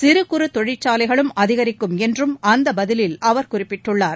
சிறுகுறு தொழிற்சாலைகளும் அதிகரிக்கும் என்றும் அந்த பதிலில் அவர் குறிப்பிட்டுள்ளார்